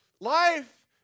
Life